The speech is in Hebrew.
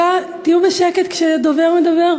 של אותו עיוות שהיה קיים במערכת הכלכלית.